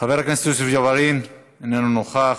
חבר הכנסת יוסף ג'בארין, אינו נוכח.